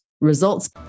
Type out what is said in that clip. results